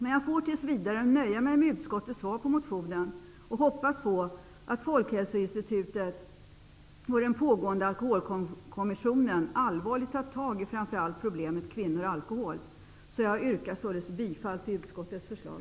Men jag får tills vidare nöja mig med utskottets svar på motionen och hoppas på att Folkhälsoinstitutet och den pågående alkoholkommissionen allvarligt tar tag i framför allt problemet kvinnor och alkohol. Jag yrkar således bifall till utskottets förslag.